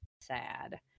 sad